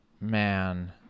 Man